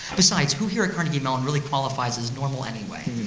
besides, who here at carnegie mellon really qualifies as normal, anyway?